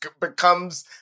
becomes